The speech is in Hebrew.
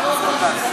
זאת לא אותה שיטה.